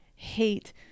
hate